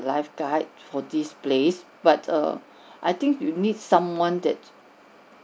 lifeguide for this place but err I think you need someone that